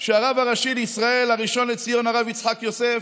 שהרב הראשי לישראל, הראשון לציון הרב יצחק יוסף,